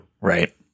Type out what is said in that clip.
Right